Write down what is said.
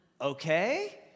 okay